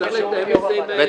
צריך לתאם עם יושב-הראש.